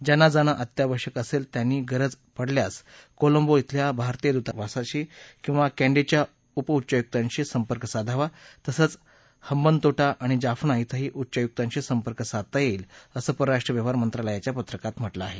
ज्यांना जाणं अत्यावश्यक असेल त्यांनी गरज पडल्यास कोलंबो इथल्या भारतीय दृतावासाशी किवा कँडीच्या उप उच्चायुकांशी संपर्क साधावा तसंच हंबनतोटा आणि जाफना इथंही उच्चायुकांशी संपर्क साधता येईल असं परराष्ट्र व्यवहार मंत्रालयाच्या पत्रकात म्हटलं आहे